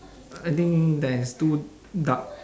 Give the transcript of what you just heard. I think there is two duck